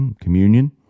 communion